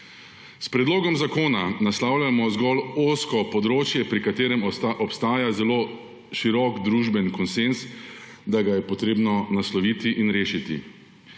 S predlogom zakona naslavljamo zgolj ozko področje, pri katerem obstaja zelo širok družbeni konsenz, da ga je treba nasloviti in rešiti.